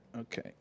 Okay